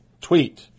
tweet